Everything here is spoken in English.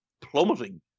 plummeting